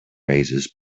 razors